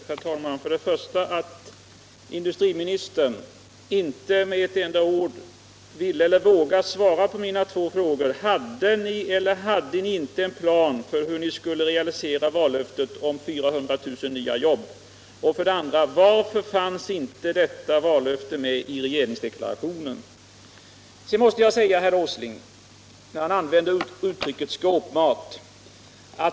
Herr talman! Jag vill fästa kammarens uppmärksamhet på två saker. För det första ville eller vågade inte industriministern svara på mina två frågor. Hade ni eller hade ni inte en plan för hur ni skulle realisera vallöftet om 400 000 jobb? Varför fanns inte detta vallöfte med i regeringsdeklarationen? För det andra använde herr Åsling uttrycket skåpmat.